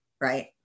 right